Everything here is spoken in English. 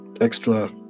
extra